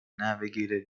navigated